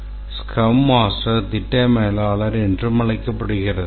scrum master திட்ட மேலாளர் என்றும் அழைக்கப்படுகிறது